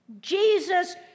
Jesus